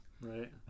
Right